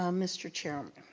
um mr. chairman.